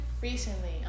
recently